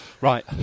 Right